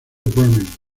bremen